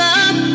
up